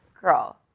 Girl